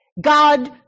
God